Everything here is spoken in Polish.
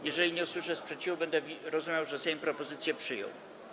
Jeżeli nie usłyszę sprzeciwu, będę rozumiał, że Sejm propozycję przyjął.